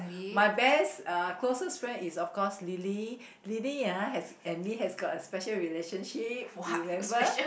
my best uh closest friend is of course Lily Lily ah has and me has got a special relationship you remember